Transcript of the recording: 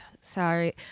sorry